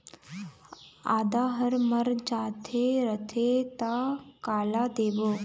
आदा हर मर जाथे रथे त काला देबो?